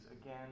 again